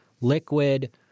liquid